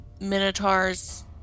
minotaurs